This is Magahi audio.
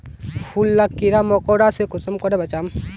फूल लाक कीड़ा मकोड़ा से कुंसम करे बचाम?